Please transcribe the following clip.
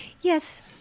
Yes